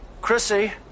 chrissy